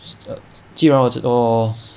err 基本上我